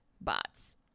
bots